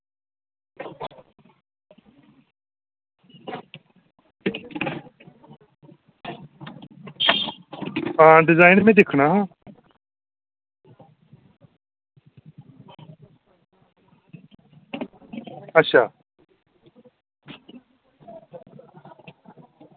हां डिजाइन मी दिक्खना हा अच्छा